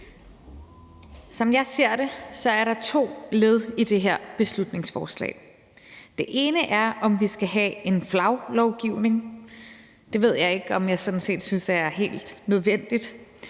Som jeg ser det, er der to led i det her beslutningsforslag. Det ene er, om vi skal have en flaglovgivning, og det ved jeg ikke om jeg synes er helt nødvendigt,